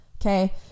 Okay